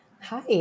Hi